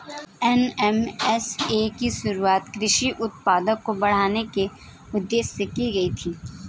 NMSA की शुरुआत कृषि उत्पादकता को बढ़ाने के उदेश्य से की गई थी